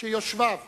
שיושביו